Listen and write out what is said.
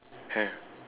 M